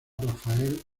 rafael